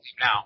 now